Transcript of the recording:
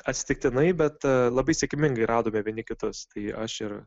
atsitiktinai bet labai sėkmingai radome vieni kitus tai aš ir